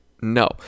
No